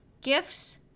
gifts